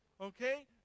Okay